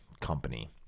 company